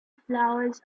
flowers